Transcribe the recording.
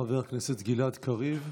חבר הכנסת גלעד קריב.